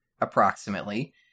approximately